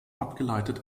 abgeleitet